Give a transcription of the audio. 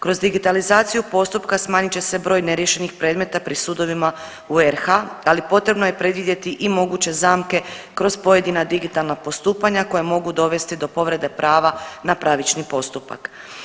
Kroz digitalizaciju postupka smanjit će se broj neriješenih predmeta pri sudovima u RH, ali potrebno je predvidjeti i moguće zamke kroz pojedina digitalna postupanja koja mogu dovesti do povrede prava na pravični postupak.